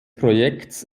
projekts